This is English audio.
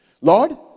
Lord